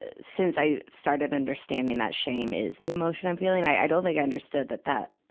ah since i started understanding that shame is the emotion i'm feeling i i don't think i understood that that,